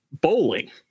bowling